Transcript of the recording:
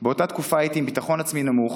באותה תקופה הייתי עם ביטחון עצמי נמוך,